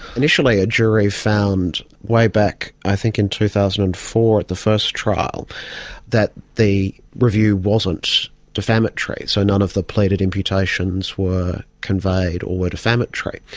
initially a jury found way back i think in two thousand and four at the first trial that the review wasn't defamatory, so none of the pleaded imputations were conveyed or were defamatory.